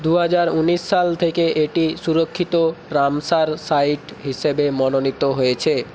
দু হাজার ঊনিশ সাল থেকে এটি সুরক্ষিত রামসার সাইট হিসেবে মনোনীত হয়েছে